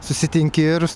susitinki ir